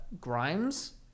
Grimes